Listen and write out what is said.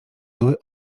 zły